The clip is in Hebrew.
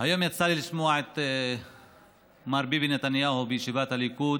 היום יצא לי לשמוע את מר ביבי נתניהו בישיבת הליכוד,